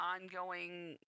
ongoing